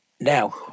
Now